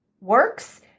works